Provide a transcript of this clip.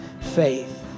faith